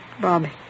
Bobby